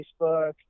Facebook